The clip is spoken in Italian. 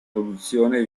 produzione